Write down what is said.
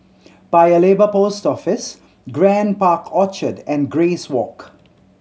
Paya Lebar Post Office Grand Park Orchard and Grace Walk